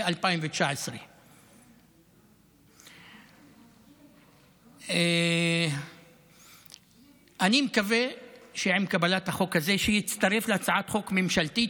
2019. אני מקווה שעם קבלת החוק הזה הוא יצטרף להצעת חוק ממשלתית,